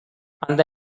அந்த